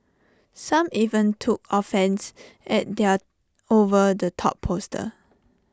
some even took offence at their over the top poster